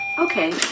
Okay